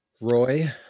Roy